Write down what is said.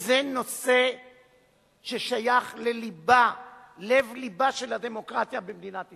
זה נושא ששייך ללב-לבה של הדמוקרטיה במדינת ישראל,